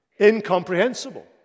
Incomprehensible